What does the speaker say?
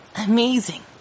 Amazing